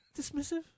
Dismissive